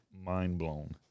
mind-blown